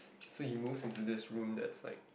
so he moves into this room that's like